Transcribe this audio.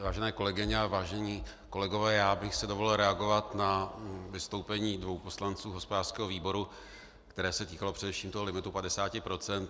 Vážené kolegyně, vážení kolegové, já bych si dovolil reagovat na vystoupení dvou poslanců hospodářského výboru, které se týkalo především toho limitu 50 procent.